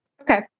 Okay